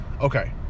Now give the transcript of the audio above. Okay